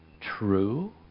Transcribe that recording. true